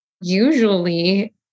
usually